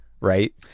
right